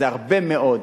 זה הרבה מאוד.